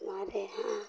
हमारे यहाँ